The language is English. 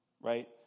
Right